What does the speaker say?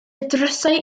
drysau